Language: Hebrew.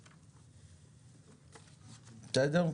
בסדר?